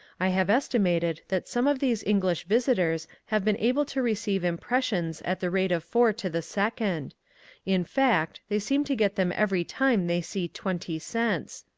i have estimated that some of these english visitors have been able to receive impressions at the rate of four to the second in fact, they seem to get them every time they see twenty cents.